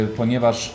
ponieważ